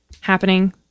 happening